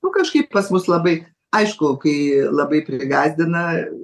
nu kažkaip pas mus labai aišku kai labai prigąsdina